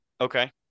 Okay